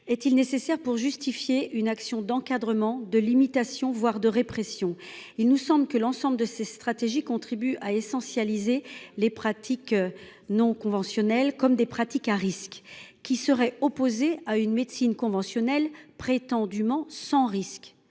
est il nécessaire pour justifier une action d’encadrement, de limitation, voire de répression ? Il nous semble que l’ensemble de ces stratégies contribue à « essentialiser » les pratiques non conventionnelles comme des pratiques à risques, qui seraient opposées à une médecine conventionnelle, prétendument sans risque.